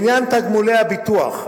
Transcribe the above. לעניין תגמולי הביטוח,